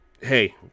hey